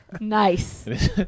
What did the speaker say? Nice